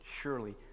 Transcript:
surely